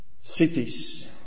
cities